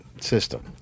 system